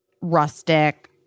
rustic